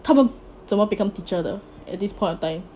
他们怎么 become teacher 的 at this point of time